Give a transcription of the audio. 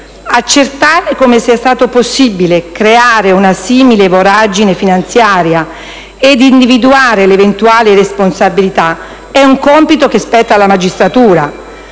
Accertare come sia stato possibile creare una simile voragine finanziaria ed individuare le eventuali responsabilità è un compito che spetta alla magistratura,